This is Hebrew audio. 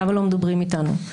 למה לא מדברים איתנו?